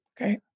Okay